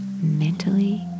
mentally